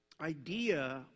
idea